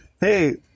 hey